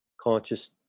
conscious